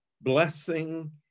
blessing